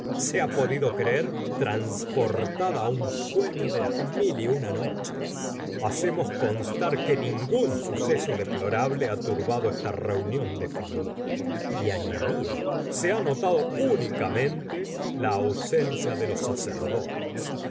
se ha podido creer transportada á un sueño de las mil y una noches hacemos constar que ningún suceso deplorable ha turbado esta reunión de familia y añadía se ha notado únicamente la ausencia de los sacerdotes